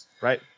right